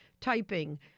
typing